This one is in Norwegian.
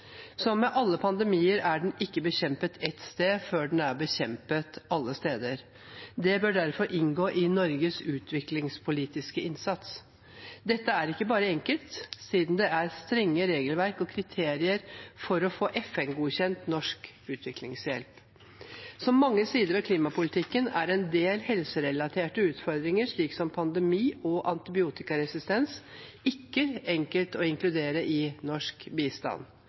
med alle pandemier er den ikke bekjempet ett sted før den er bekjempet alle steder. Det bør derfor inngå i Norges utviklingspolitiske innsats. Dette er ikke bare enkelt siden det er strenge regelverk og kriterier for å få FN-godkjent norsk utviklingshjelp. Som mange sider ved klimaproblematikken er en del helserelaterte utfordringer, slik som pandemi og antibiotikaresistens, ikke enkelt å inkludere i norsk bistand.